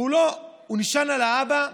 והוא לא, הוא נשען על האבא,